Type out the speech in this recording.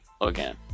again